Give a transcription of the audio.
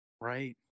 right